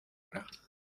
hora